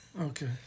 Okay